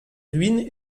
ruines